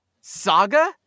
saga